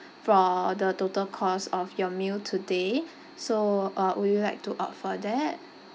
for the total cost of your meal today so uh would you like to opt for that